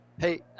Hey